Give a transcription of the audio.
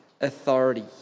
authority